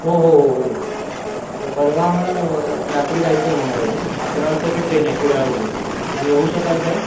हो हो हो हो मीच तर परवा आम्हाला मु रात्री जायचं आहे मुंबईला अकरा वाजताची ट्रेन आहे कुडाळवरून तुम्ही येऊ शकाल काय